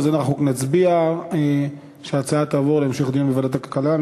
אז אנחנו נצביע שההצעה תעבור להמשך דיון בוועדת הכלכלה.